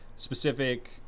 specific